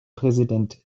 präsident